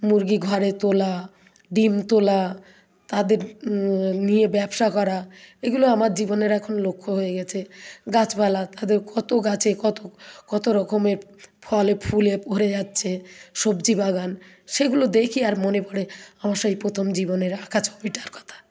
মুরগি ঘরে তোলা ডিম তোলা তাদের নিয়ে ব্যবসা করা এগুলো আমার জীবনের এখন লক্ষ্য হয়ে গেছে গাছপালা তাদের কত গাছে কত কত রকমের ফলে ফুলে ভরে যাচ্ছে সবজি বাগান সেগুলো দেখি আর মনে পড়ে আমার সেই প্রথম জীবনের আঁকা ছবিটার কথা